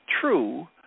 true